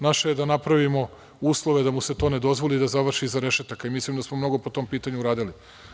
Naše je da napravimo uslove da mu se to ne dozvoli i da on završi iza rešetaka i mislim da smo mnogo po tom pitanju uradili.